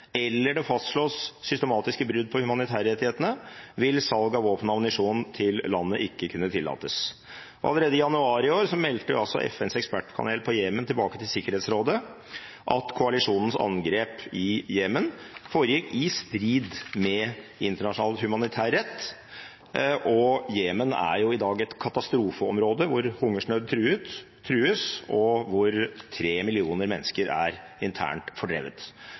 eller at det fastslås systematiske brudd på humanitærretten, vil salg av våpen og ammunisjon til landet ikke kunne tillates.» Allerede i januar i år meldte FNs ekspertpanel når det gjelder Jemen, tilbake til Sikkerhetsrådet at koalisjonens angrep i Jemen foregikk i strid med internasjonal humanitær rett, og Jemen er i dag et katastrofeområde, hvor hungersnød truer, og hvor 3 millioner mennesker er internt fordrevet.